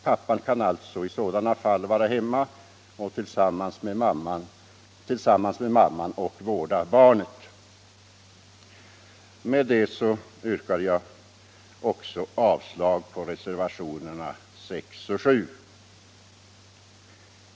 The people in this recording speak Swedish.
Pappan kan alltså i sådana fall vara hemma och tillsammans med mamman vårda barnet. Med detta yrkar jag också avslag på reservationerna 6 och 7.